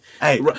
hey